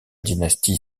dynastie